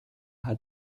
hat